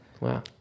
Wow